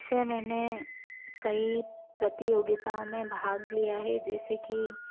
से मैंने कई प्रतियोगिताओं में भाग लिया है जैसे कि